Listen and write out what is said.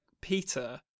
Peter